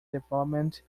development